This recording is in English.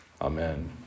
Amen